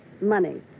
Money